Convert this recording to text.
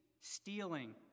stealing